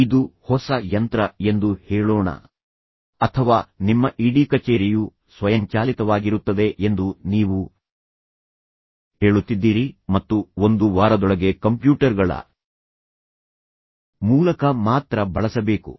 ಇದು ಹೊಸ ಯಂತ್ರ ಎಂದು ಹೇಳೋಣ ಅಥವಾ ನಿಮ್ಮ ಇಡೀ ಕಚೇರಿಯು ಸ್ವಯಂಚಾಲಿತವಾಗಿರುತ್ತದೆ ಎಂದು ನೀವು ಹೇಳುತ್ತಿದ್ದೀರಿ ಮತ್ತು ಒಂದು ವಾರದೊಳಗೆ ಕಂಪ್ಯೂಟರ್ಗಳ ಮೂಲಕ ಮಾತ್ರ ಬಳಸಬೇಕು